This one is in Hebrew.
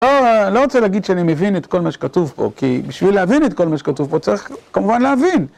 לא רוצה להגיד שאני מבין את כל מה שכתוב פה, כי בשביל להבין את כל מה שכתוב פה צריך כמובן להבין.